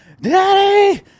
Daddy